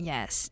Yes